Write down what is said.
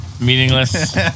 Meaningless